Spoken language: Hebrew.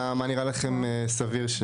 מה נראה לכם סביר?